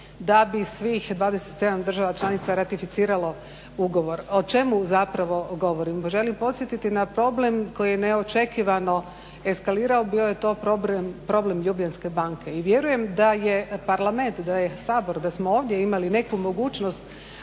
da bi svih 27 država članica ratificiralo ugovor. O čemu zapravo govorim? Želim podsjetiti na problem koji je neočekivano eskalirao, bio je to problem Ljubljanske banke i vjerujem da je Parlament, da je Sabor, da smo ovdje imali neku mogućnost